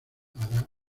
hará